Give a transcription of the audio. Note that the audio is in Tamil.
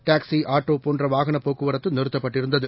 டாக்ஸி ஆட்டோ போன்ற வாகனப் போக்குவரத்து நிறுத்தப்பட்டிருந்தது